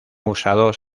usados